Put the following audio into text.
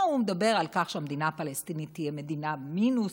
הוא מדבר על כך שהמדינה הפלסטינית תהיה מדינה מינוס,